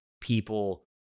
people